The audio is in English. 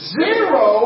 zero